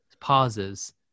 pauses